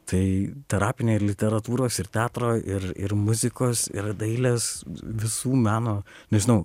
tai terapinė ir literatūros ir teatro ir ir muzikos ir dailės visų meno nežinau